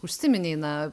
užsiminei na